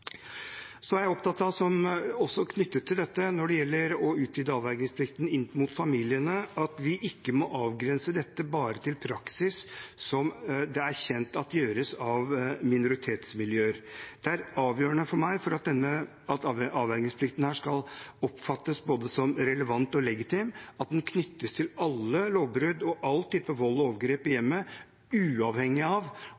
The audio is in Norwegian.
Så er jeg opptatt av, når det gjelder å utvide avvergingsplikten inn mot familiene, at vi ikke må avgrense dette bare til praksis som det er kjent at gjøres av minoritetsmiljøer. For at avvergingsplikten her skal oppfattes både som relevant og legitim, er det avgjørende for meg at den knyttes til alle lovbrudd og all type vold og overgrep i